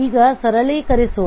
ಈಗ ಸರಳೀಕರಿಸುವ